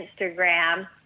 Instagram